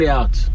out